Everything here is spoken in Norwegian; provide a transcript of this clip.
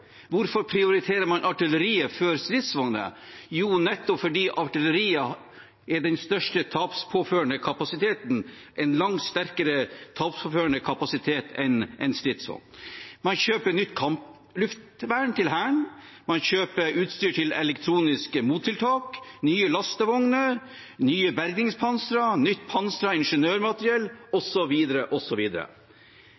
Hvorfor prioriterer man artilleriet før stridsvogner? Jo, nettopp fordi artilleriet er den største tapspåførende kapasiteten, en langt sterkere tapspåførende kapasitet enn stridsvogner. Man kjøper nytt kampluftvern til Hæren. Man kjøper utstyr til elektroniske mottiltak, nye lastevogner, nye bergingspansere, nytt pansret ingeniørmateriell,